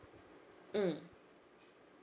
mm